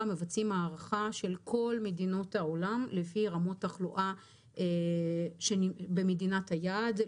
מבצעים הערכה של כל מדינות העולם לפי רמות תחלואה במדינת יעד,